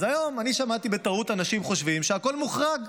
אז היום שמעתי אנשים שבטעות חושבים שהכול מוחרג.